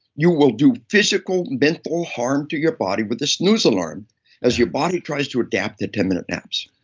you will do physical, mental harm to your body with this news alarm as your body tries to adapt to ten minute naps.